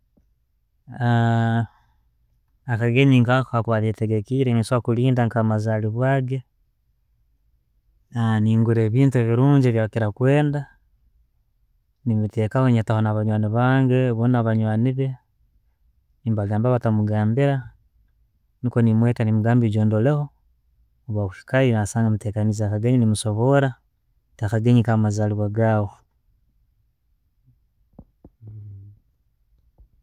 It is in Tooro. Akagenyi nkako kenkuba ntegekeire, nkusobora kilinda nka amazalibwe ge, ningura ebintu ebirungi byakira kwenda, nebitekaho. Nyetaho abajwani bange orba na banywani be, nebagambira batamugambira, nikwo nemweta aije andoreho. Bakwikaho nasanga mutekanize, musobora ngu akagenyi ka mazalibwa gaawe.